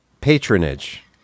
patronage